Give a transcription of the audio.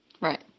right